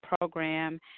program